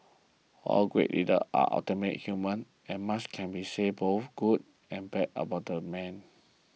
all great leaders are ultimately human and much can be said both good and bad about the man